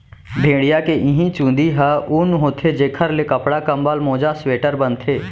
भेड़िया के इहीं चूंदी ह ऊन होथे जेखर ले कपड़ा, कंबल, मोजा, स्वेटर बनथे